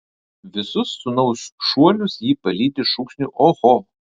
visus sūnaus šuolius ji palydi šūksniu oho